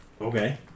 Okay